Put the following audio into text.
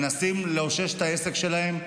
מנסים לאושש את העסק שלהם,